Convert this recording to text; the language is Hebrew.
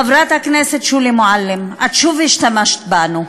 חברת הכנסת שולי מועלם, את שוב השתמשת בנו,